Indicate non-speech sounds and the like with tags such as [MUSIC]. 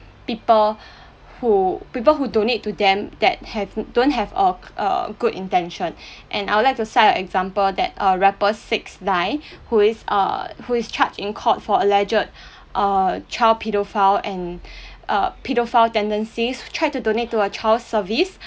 people who people who donate to them that had uh don't have of a uh good intention [BREATH] and I would like to cite an example that uh rapper six-nine [BREATH] who is uh who is charged in court for alleged uh child paedophile and uh paedophile tendencies tried to donate to a child's service